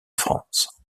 france